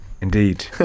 Indeed